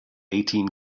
eighteen